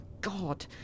God